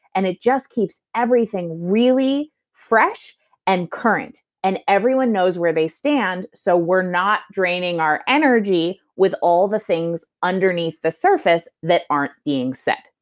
and it just keeps everything really fresh and current. and everyone knows where they stand, so we're not draining our energy with all the things underneath the surface that aren't being said.